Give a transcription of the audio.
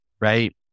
right